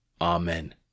Amen